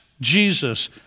Jesus